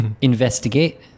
investigate